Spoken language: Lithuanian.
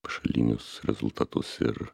pašalinius rezultatus ir